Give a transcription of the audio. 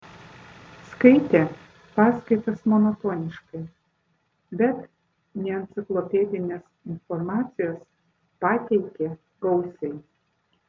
skaitė paskaitas monotoniškai bet neenciklopedinės informacijos pateikė gausiai